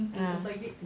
ah